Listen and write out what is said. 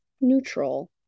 neutral